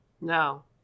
no